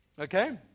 okay